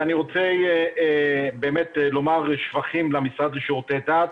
ואני רוצה באמת לומר שבחים למשרד לשירותי דת,